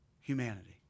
humanity